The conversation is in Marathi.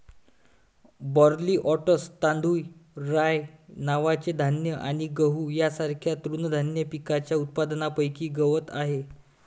बार्ली, ओट्स, तांदूळ, राय नावाचे धान्य आणि गहू यांसारख्या तृणधान्य पिकांच्या उत्पादनापैकी गवत आहे